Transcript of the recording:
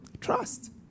Trust